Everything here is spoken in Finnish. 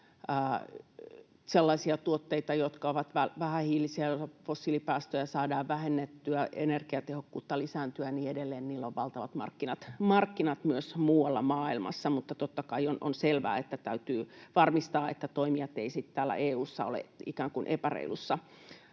sellaisia tuotteita, jotka ovat vähähiilisiä ja joiden fossiilipäästöjä saadaan vähennettyä, energiatehokkuutta lisättyä ja niin edelleen, niin niillä on valtavat markkinat myös muualla maailmassa. Mutta totta kai on selvää, että täytyy varmistaa, että toimijat eivät sitten täällä EU:ssa ole ikään